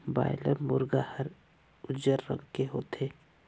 boiler मुरगा हर उजर रंग के होथे